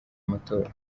amatora